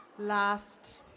last